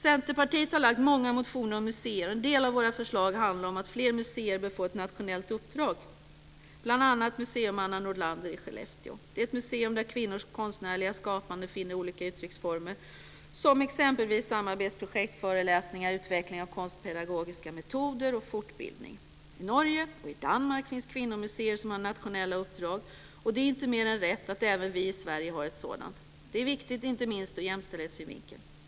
Centerpartiet har lagt fram många motioner om museer. En del av våra förslag handlar om att fler museer bör få ett nationellt uppdrag, bl.a. Museum Anna Nordlander i Skellefteå. Det är ett museum där kvinnors konstnärliga skapande finner olika uttrycksformer som exempelvis samarbetsprojekt, föreläsningar, utveckling av konstpedagogiska metoder och fortbildning. I Norge och Danmark finns kvinnomuseer som har nationella uppdrag, och det är inte mer än rätt att även vi i Sverige har ett sådant. Det är viktigt inte minst ur jämställdhetssynvinkel.